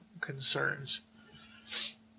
concerns